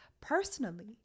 personally